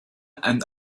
and